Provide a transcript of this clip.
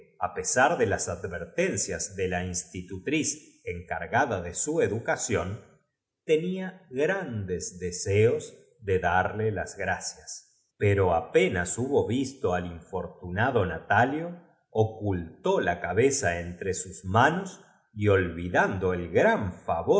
á pesar de las advert encias de la institu ttiz encarg ada de su educación tenia gnnd es deseos de darle las gracia s pero apena s hubo visto al infortunado natalio ocultó la cabeza ontre sus manos y olvidando adelgazo ron